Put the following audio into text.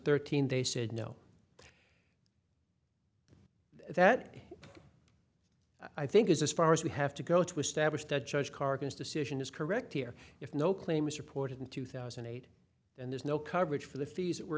thirteen they said no that i think is this far as we have to go to establish that judge harkness decision is correct here if no claim is reported in two thousand and eight and there's no coverage for the fees were